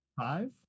Five